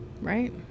right